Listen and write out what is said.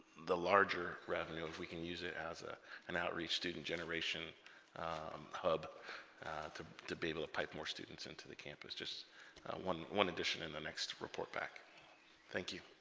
the larger revenue if we can use it as a an outreach student generation um hub to to be able to pipe more students into the campus just one one addition in the next report back thank you